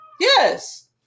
Yes